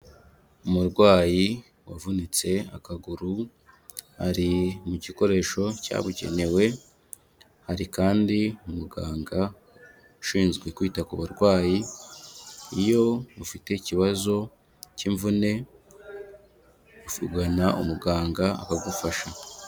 Umurwayi wavunitse akaguru, ari mu gikoresho cyabugenewe, hari kandi n'umuganga ushinzwe kwita ku barwayi, iyo ufite ikibazo cy'imvune uvugana umuganga ugufasha.